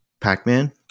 pac-man